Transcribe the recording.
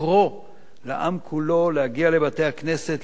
לקרוא לעם כולו להגיע לבתי-הכנסת,